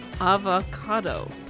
avocado